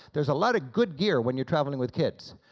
there's a lot of good gear when you're traveling with kids.